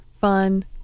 fun